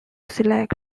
select